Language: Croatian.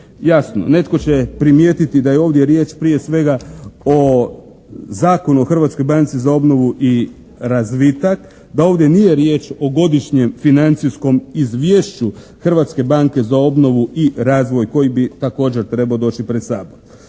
Jasno, netko će primijetiti da je ovdje riječ prije svega o Zakonu o Hrvatskoj banci za obnovu i razvitak. Da ovdje nije riječ o godišnjem financijskom izviješću Hrvatske banke za obnovu i razvoj koji bi također trebao doći pred Sabor.